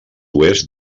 oest